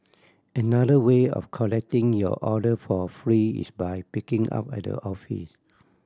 another way of collecting your order for free is by picking up at the office